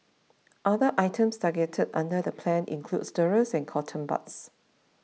other items targeted under the plan include stirrers and cotton buds